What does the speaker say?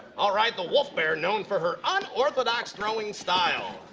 all right. the wolf bear known for her unorthodox throwing style.